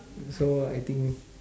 so I think